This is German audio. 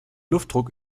luftdruck